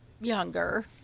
younger